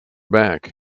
back